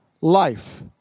life